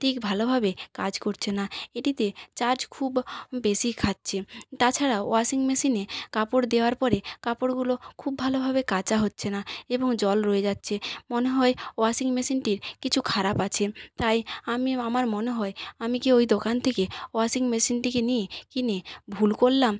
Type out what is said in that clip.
ঠিক ভালোভাবে কাজ করছে না এটিতে চার্জ খুব বেশি খাচ্ছে তাছাড়াও ওয়াশিং মেশিনে কাপড় দেওয়ার পরে কাপড়গুলো খুব ভালোভাবে কাচা হচ্ছে না এবং জল রয়ে যাচ্ছে মনে হয় ওয়াশিং মেশিনটির কিছু খারাপ আছে তাই আমি আমার মনে হয় আমি কি ওই দোকান থেকে ওয়াশিং মেশিনটি কিনি কিনে ভুল করলাম